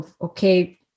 okay